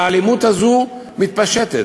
והאלימות הזו מתפשטת.